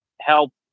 help